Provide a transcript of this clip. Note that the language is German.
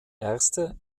erste